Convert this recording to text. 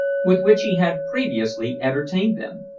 with which he had previously entertained them.